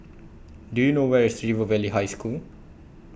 Do YOU know Where IS River Valley High School